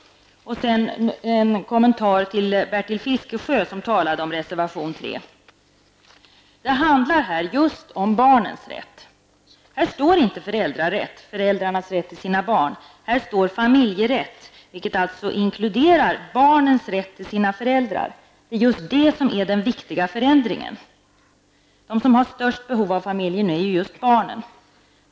Sedan en kommentar till Bertil Fiskesjö, som talade om reservation 3. Det handlar här om just barnens rätt. Här står inte ''föräldrarnas rätt till sina barn'', här står ''familjerätt'', vilket alltså inkluderar barnens rätt till sina föräldrar. Det är det som är den viktiga förändringen. De som har störst behov av familjen är ju just barnen.